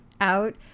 out